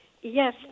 Yes